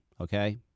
okay